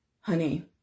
Honey